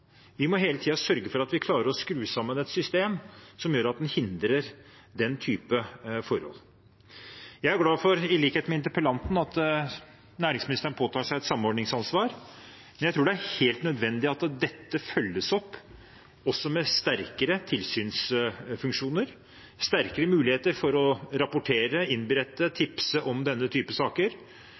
Vi må hele tiden sørge for at vi klarer å skru sammen et system som gjør at en hindrer denne typen forhold. Jeg er glad for, i likhet med interpellanten, at næringsministeren påtar seg et samordningsansvar. Jeg tror det er helt nødvendig at dette følges opp med sterkere tilsynsfunksjoner, bedre muligheter for å rapportere, innberette, tipse om denne typen saker,